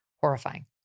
horrifying